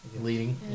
leading